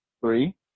three